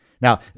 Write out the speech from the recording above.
Now